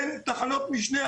אין תחנות משנה.